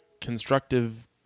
constructive